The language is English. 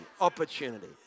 opportunity